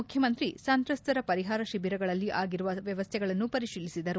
ಮುಖ್ಯಮಂತ್ರಿ ಸಂತ್ರಸ್ತರ ಪರಿಹಾರ ಶಿಬಿರಗಳಲ್ಲಿ ಆಗಿರುವ ವ್ಯವಸ್ಥೆಗಳನ್ನು ಪರಿಶೀಲಿಸಿದರು